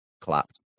clapped